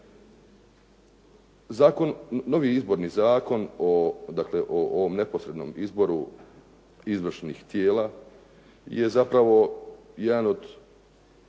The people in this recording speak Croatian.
novi Izborni zakon, dakle o ovom neposrednom izboru izvršnih tijela je zapravo jedan od